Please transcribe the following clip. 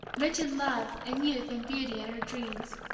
rich in love and youth and beauty and her dreams!